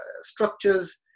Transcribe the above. structures